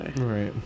Right